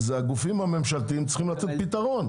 הגופים הממשלתיים צריכים לתת פתרון,